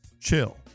Chill